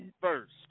first